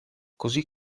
così